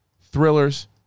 thrillers